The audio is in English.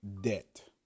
debt